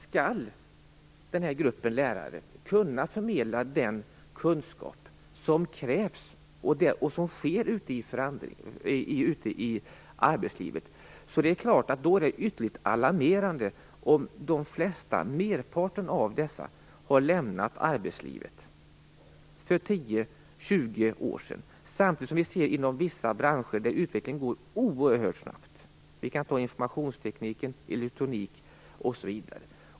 Skall den här gruppen lärare kunna förmedla den kunskap som krävs, en kunskap om det som sker ute i arbetslivet, då är det ytterligt alarmerande att merparten av dessa lärare har lämnat arbetslivet för 10-20 år sedan. Samtidigt är det ju så i vissa branscher att utvecklingen går oerhört snabbt. Det gäller branscher som informationsteknik, elektronik, osv.